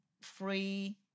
free